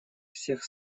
всех